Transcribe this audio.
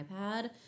iPad